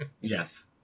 Yes